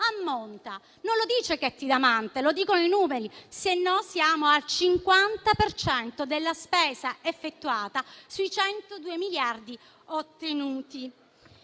Non lo dice Ketty Damante, lo dicono i numeri: sì e no siamo al 50 per cento della spesa effettuata sui 102 miliardi ottenuti.